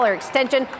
extension